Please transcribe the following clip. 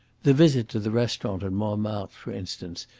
the visit to the restaurant at montmartre, for instance,